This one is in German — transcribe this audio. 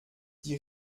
die